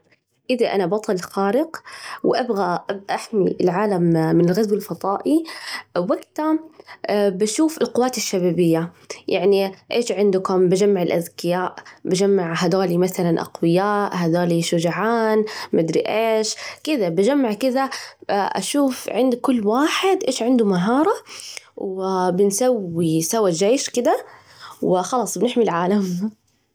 إذا أنا بطل خارق وأبغى أحمي العالم من غزو الفضائي، وجتها بشوف القوات الشبابية، يعني إيش عندكم؟ بجمع الأذكياء، بجمع هادول مثلاً أقوياء، هدول شجعان، ما أدري إيش، كده بجمع كده بشوف عند كل واحد إيش عنده مهارة، وبنسوي سوا جيش كده، وخلاص بنحمي العالم.